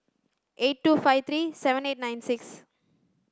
eight two five three seven eight nine six